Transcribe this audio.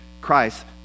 Christ